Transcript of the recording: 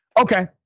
Okay